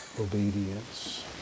obedience